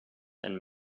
and